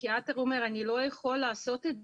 הפסיכיאטר אומר אני לא יכול לעשות את זה,